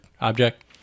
object